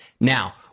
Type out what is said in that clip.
Now